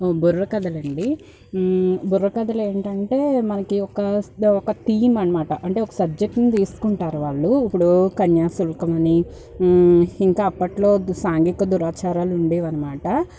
బుర్రకథలు అండి బుర్రకథలు ఏంటంటే మనకి ఒక ఒక థీమ్ అన్నమాట అంటే ఒక సబ్జెక్ట్ని తీసుకుంటారు వాళ్ళు ఇప్పుడు కన్యాశుల్కం అని ఇంకా అప్పట్లో దు సాంఘిక దురాచారాలు ఉండేవన్నమాట